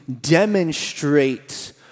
demonstrate